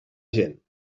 gent